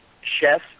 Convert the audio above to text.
chef